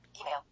Email